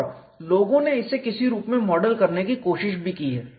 और लोगों ने इसे किसी रूप में मॉडल करने की कोशिश भी की है